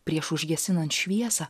prieš užgesinant šviesą